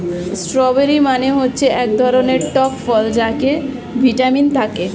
strawberry মানে হচ্ছে এক ধরনের টক ফল যাতে ভিটামিন থাকে